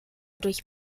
durch